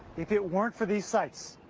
if it weren't for these sites,